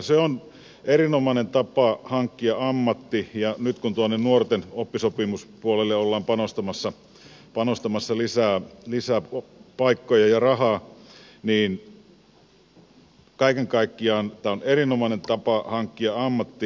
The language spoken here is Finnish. se on erinomainen tapa hankkia ammatti ja nyt kun tuonne nuorten oppisopimuspuolelle ollaan panostamassa lisää paikkoja ja rahaa niin kaiken kaikkiaan tämä on erinomainen tapa hankkia ammatti